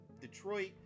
Detroit